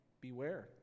beware